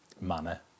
manner